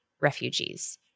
refugees